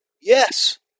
Yes